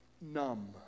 numb